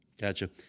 Gotcha